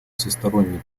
всесторонней